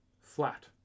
flat